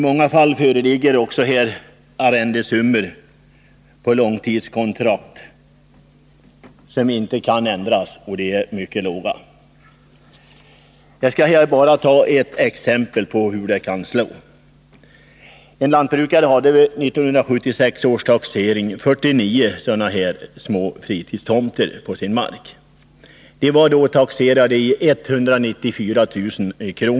Ofta föreligger det långtidskontrakt som inte kan ändras, med arrendesummor som är mycket låga. Jag skall bara ta ett exempel på hur en sådan taxering kan slå. sin mark. De taxerades då till 194 000 kr.